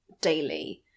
daily